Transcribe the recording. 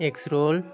egg roll